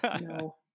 no